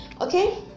okay